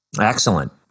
Excellent